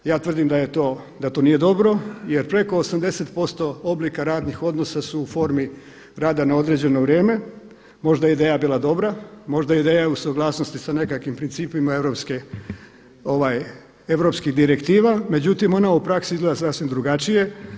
Ja tvrdim da to nije dobro jer preko 80% oblika radnih odnosa su u formi rada na određeno vrijeme. možda je ideja bila dobro, možda je ideja u suglasnosti sa nekakvim principima europski direktiva, međutim ona u praksi izgleda sasvim drugačije.